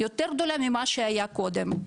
יותר גדולה ממה שהיה קודם,